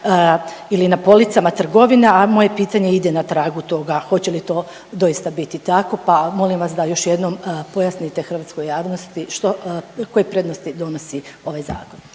ili na policama trgovina, a moje pitanje ide na tragu toga hoće li to doista biti tako, pa molim vas da još jednom pojasnite hrvatskoj javnosti što, koje prednosti donosi ovaj zakon.